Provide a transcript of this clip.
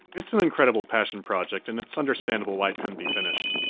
it's an incredible passion project, and it's understandable why it couldn't be finished.